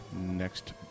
next